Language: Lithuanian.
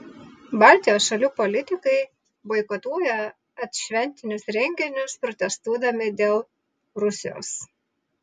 baltijos šalių politikai boikotuoja et šventinius renginius protestuodami dėl rusijos